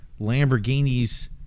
Lamborghini's